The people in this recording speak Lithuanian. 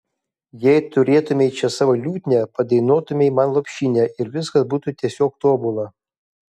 jei turėtumei čia savo liutnią padainuotumei man lopšinę ir viskas būtų tiesiog tobula